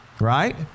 Right